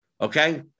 Okay